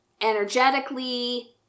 energetically